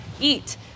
Eat